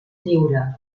lliure